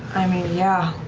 i mean, yeah.